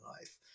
life